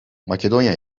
makedonya